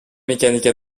mécanique